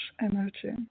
energy